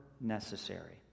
necessary